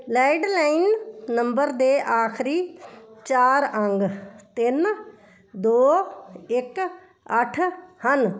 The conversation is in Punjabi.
ਲੈਡਲਾਈਨ ਨੰਬਰ ਦੇ ਆਖਰੀ ਚਾਰ ਅੰਕ ਤਿੰਨ ਦੋ ਇੱਕ ਅੱਠ ਹਨ